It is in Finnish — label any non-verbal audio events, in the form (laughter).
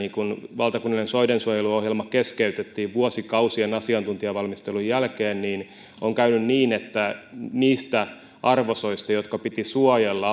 valtakunnallinen soidensuojeluohjelma keskeytettiin vuosikausien asiantuntijavalmistelun jälkeen ja on käynyt niin että niistä arvosoista jotka piti suojella (unintelligible)